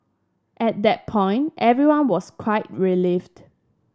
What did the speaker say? at that point everyone was quite relieved